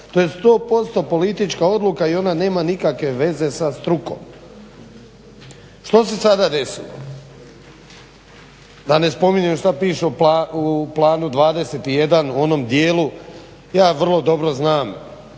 To je 100% politička odluka i ona nema nikakve veze sa strukom. Što se sada desilo, da ne spominjem što piše u Planu 21 onom dijelu, ja vrlo dobro znam